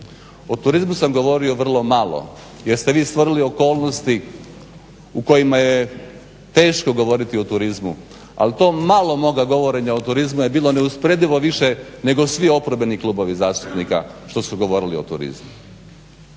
o turizmu sam govorio vrlo malo jer ste vi stvorili okolnosti u kojima je teško govoriti o turizmu, ali to malo moga govorenja o turizmu je bilo neusporedivo više nego svi oporbeni klubovi zastupnika što su govorili o turizmu.